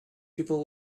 people